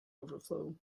overflow